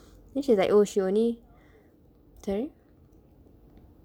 then she's like oh she only sorry